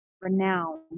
renowned